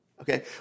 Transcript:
okay